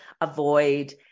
avoid